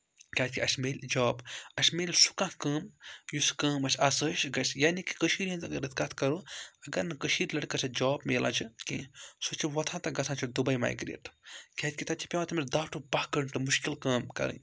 کیٛازکہِ اَسہِ میلہِ جاب اَسہِ میلہِ سُہ کانٛہہ کٲم یُس کٲم اَسہِ آسٲیش گژھِ یعنی کہِ کٔشیٖر ہٕنٛدۍ اگر أسۍ کَتھ کَرو اگر نہٕ کٔشیٖر لٔڑکَس جاب میلان چھِ کیٚنٛہہ سُہ چھُ وۄتھان تہٕ گژھان چھُ دُبے مایگریٹ کیٛازِکہِ تَتہِ چھِ پٮ۪وان تٔمِس دَہ ٹُو باہ گَنٹہٕ مُشکِل کٲم کَرٕنۍ